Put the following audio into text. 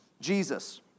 Jesus